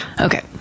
Okay